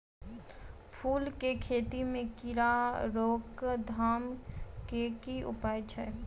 फूल केँ खेती मे कीड़ा रोकथाम केँ की उपाय छै?